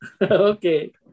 Okay